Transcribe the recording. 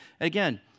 Again